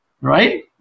right